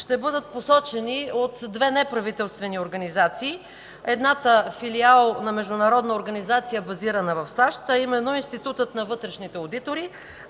ще бъдат посочени от две неправителствените организации – едната, филиал на международна организация, базирана в САЩ, а именно Института на вътрешните одитори,